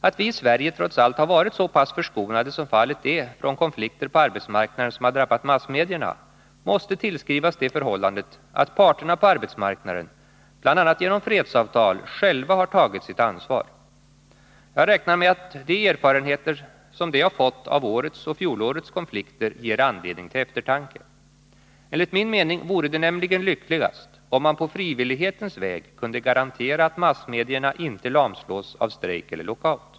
Att vi i Sverige trots allt har varit så pass förskonade som fallet är från konflikter på arbetsmarknaden som har drabbat massmedierna måste tillskrivas det förhållandet att parterna på arbetsmarknaden bl.a. genom fredsavtal själva har tagit sitt ansvar. Jag räknar med att de erfarenheter som de har fått av årets och fjolårets konflikter ger anledning till eftertanke. Enligt min mening vore det nämligen lyckligast om man på frivillighetens väg kunde garantera att massmedierna inte lamslås av strejk eller lockout.